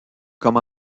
comme